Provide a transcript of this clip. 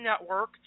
Network